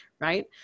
Right